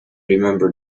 remember